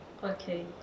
Okay